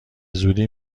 زودی